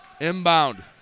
Inbound